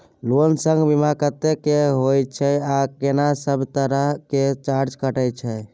Loan संग बीमा कत्ते के होय छै आ केना सब तरह के चार्ज कटै छै?